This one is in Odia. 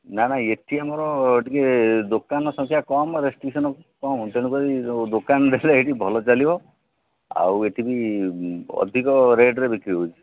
ନା ନା ଏଠି ଆମର ଟିକେ ଦୋକାନ ସଂଖ୍ୟା କମ୍ ରେଷ୍ଟ୍ରିକସନ କମ୍ ତେଣୁକରି ଯେଉଁ ଦୋକାନ ଦେଖିଲେ ଏଇଠି ଭଲ ଚାଲିବ ଆଉ ଏଠି ବି ଅଧିକ ରେଟ୍ରେ ବିକ୍ରି ହେଉଛି